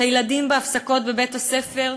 את הילדים בהפסקות בבית-הספר,